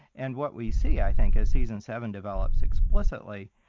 and what we see i think as season seven develops explicitly,